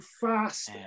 fast